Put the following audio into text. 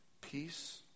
peace